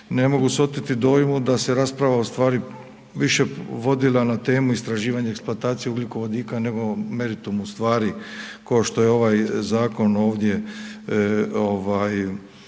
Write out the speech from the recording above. Ne mogu se oteti dojmu da se rasprava ustvari više vodila na temu istraživanja i eksploatacije ugljikovodika nego o meritumu stvari ko što je ovaj zakon ovdje,